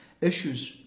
Issues